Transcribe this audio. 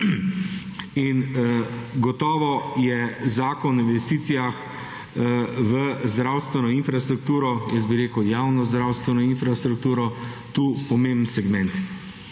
In gotovo je zakon o investicijah v zdravstveno infrastrukturo, jaz bi rekel javno zdravstveno infrastrukturo, tu pomemben segment.